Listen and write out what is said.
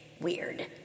Weird